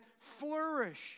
flourish